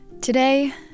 Today